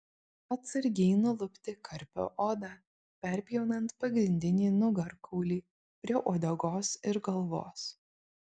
atsargiai nulupti karpio odą perpjaunant pagrindinį nugarkaulį prie uodegos ir galvos